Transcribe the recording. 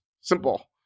simple